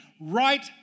right